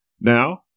Now